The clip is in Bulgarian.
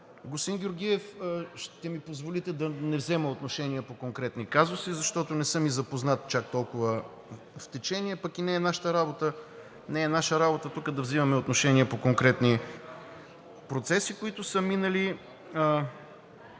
Господин Георгиев, ще ми позволите да не взема отношение по конкретни казуси, защото не съм и запознат чак толкова, пък и не е наша работа да взимаме отношение по конкретни процеси, които са минали.